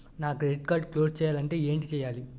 నా credit card close చేయాలంటే ఏంటి చేయాలి?